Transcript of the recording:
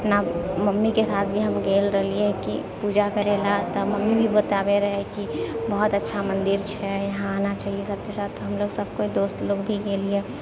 अपना मम्मीके साथ भी हम गेल रहियै कि पूजा करय लेल तऽ मम्मी भी बताबैत रहै कि बहुत अच्छा मन्दिर छै यहाँ आना चाहिए सभके साथ हमलोग सभ कोइ दोस्त लोग भी गेलियै